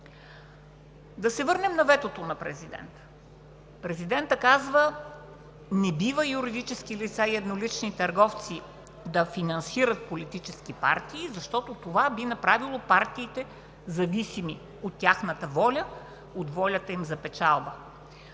Да се върнем на ветото на президента. Президентът казва, че не бива юридически лица и еднолични търговци да финансират политически партии, защото това би направило партиите зависими от тяхната воля, от волята им за печалба.